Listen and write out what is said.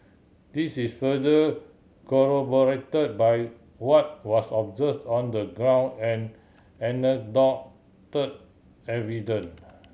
this is further corroborated by what was observes on the ground and anecdotal evidence